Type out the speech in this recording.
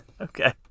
Okay